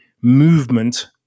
movement